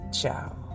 Ciao